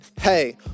hey